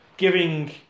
Giving